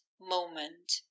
moment